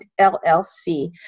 LLC